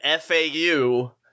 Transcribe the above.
fau